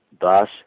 Thus